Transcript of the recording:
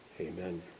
Amen